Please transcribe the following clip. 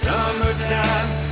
Summertime